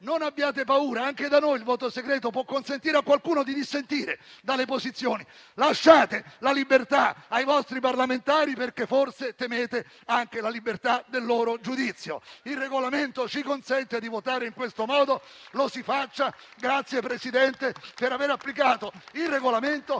Non abbiate paura, anche da noi il voto segreto può consentire a qualcuno di dissentire dalle posizioni. Lasciate la libertà ai vostri parlamentari, perché forse temete anche la libertà del loro giudizio. Il Regolamento ci consente di votare in questo modo, lo si faccia. La ringrazio, signor Presidente, per aver applicato il Regolamento,